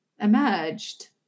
emerged